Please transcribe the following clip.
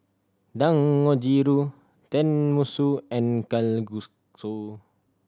Dangojiru Tenmusu and